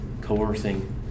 coercing